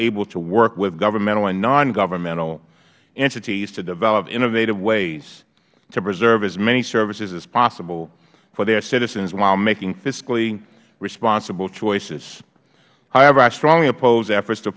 able to work with governmental and nongovernmental entities to develop innovative ways to preserve as many services as possible for their citizens while making fiscally responsible choices however i strongly oppose